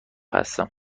هستم